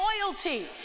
loyalty